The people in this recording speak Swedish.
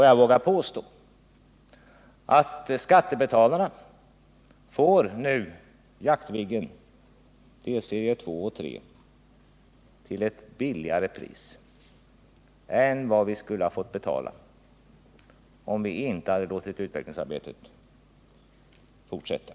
Jag vågar Nr 46 påstå att skattebetalarna nu får Jaktviggen, delserie 2 och 3, till ett lägre pris än Måndagen den det de skulle ha fått betala, om vi inte hade låtit utvecklingsarbetet 4 december 1978 — fortsätta.